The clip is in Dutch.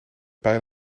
pijl